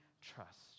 trust